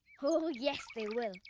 oh, yes they will.